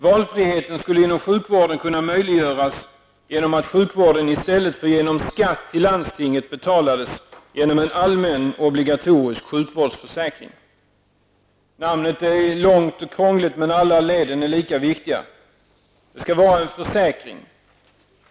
Valfriheten skulle inom sjukvården kunna möjliggöras genom att sjukvården, i stället för genom skatt till landstinget, betalades genom en allmän obligatorisk sjukvårdsförsäkring. Benämningen är lång och krånglig, men alla orden är lika viktiga: -- Den skall vara en försäkring.